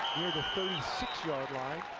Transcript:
near the thirty six yard line.